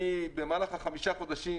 אני במהלך החמישה החודשים